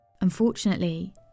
Unfortunately